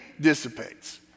dissipates